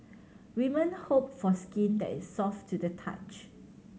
women hope for skin that is soft to the touch